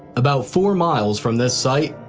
about four miles from this site,